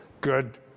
good